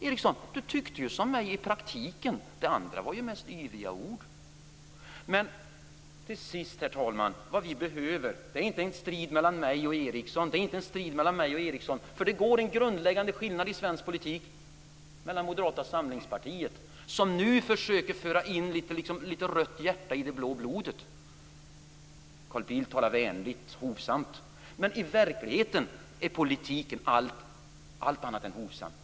Eriksson tyckte ju i praktiken som jag. Det andra var ju mest yviga ord. Till sist, herr talman: Vad vi behöver är inte en strid mellan mig och Eriksson, för det går en grundläggande skiljelinje i svensk politik gentemot Moderata samlingspartiet, även om det nu försöker föra in litet av rött hjärta i det blå blodet. Carl Bildt talade vänligt och hovsamt, men i verkligheten är politiken allt annat än hovsam.